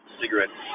cigarettes